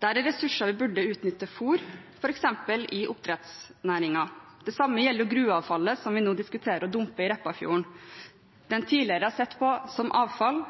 Dette er ressurser vi burde utnytte til fôr, f.eks. i oppdrettsnæringen. Det samme gjelder gruveavfallet som vi nå diskuterer å dumpe i Repparfjorden. Det en tidligere har sett på som avfall,